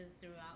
throughout